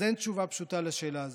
אז אין תשובה פשוטה לשאלה הזו.